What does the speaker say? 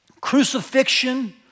crucifixion